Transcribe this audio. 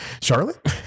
Charlotte